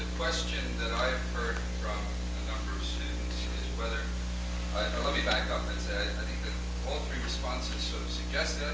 and question that i've heard from whether let and let me back up and say, i think that all three responses so suggest,